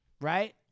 right